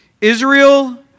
Israel